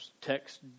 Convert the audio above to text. text